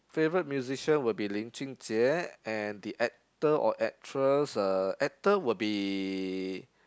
favorite musician will be lin jun jie and the actor or actress uh actor will be